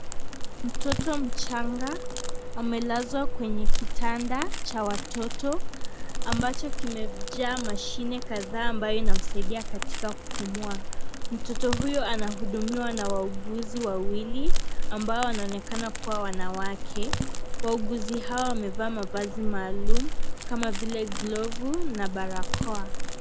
Mtoto mchanga amelazwa kwenye kitanda cha watoto ambacho kimejaa mashine kadhaa ambayo inamsaidia katika kupumua mtoto huyo anahudumiwa na wauguzi wawili ambao wanaonekana kuwa wanawake wauguzi hawa wamevaa mavazi maalum kama vile glavu na barakoa.